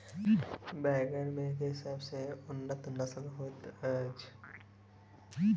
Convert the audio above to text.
बैंगन मे केँ सबसँ उन्नत नस्ल होइत अछि?